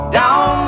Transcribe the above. down